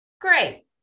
Great